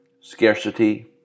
scarcity